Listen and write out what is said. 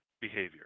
behavior